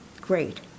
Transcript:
great